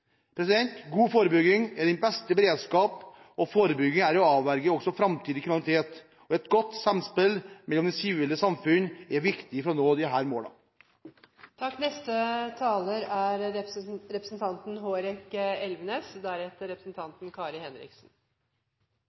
God forebygging er den beste beredskap, og forebygging er å avverge også framtidig kriminalitet. Et godt samspill i det sivile samfunn er viktig for å nå